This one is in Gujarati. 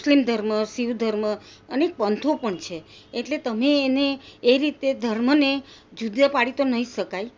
મુસ્લિમ ધર્મ શિવ ધર્મ અને પંથો પણ છે એટલે તમે એને એ રીતે ધર્મને જુદા પાડી તો નહીં જ શકાય